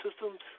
systems